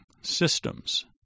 systems